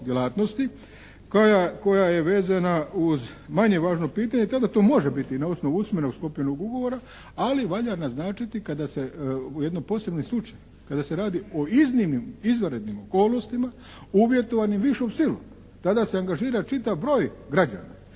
koja je vezana uz manje važno pitanje. Tada to može biti na osnovu usmeno sklopljenog ugovora ali valja naznačiti kada se, ovo je jedan posebni slučaj. Kada se radi o iznimnim, izvanrednim okolnostima uvjetovanim višom silom tada se angažira čitav broj građana